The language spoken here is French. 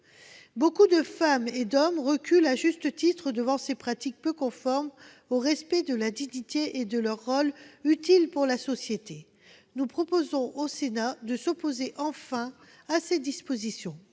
Beaucoup de femmes et d'hommes reculent, à juste titre, devant ces pratiques peu conformes au respect de la dignité et de leur rôle, utile, pour la société. Nous proposons au Sénat de s'opposer enfin à ces dispositions.